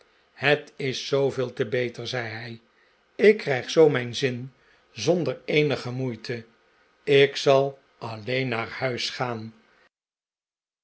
het is zooveel te beter zei hij ik bij de fontein krijg zoo mijn zin zonder eenige moeite ik zal alleen naar huis gaan